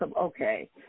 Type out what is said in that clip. okay